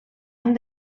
amb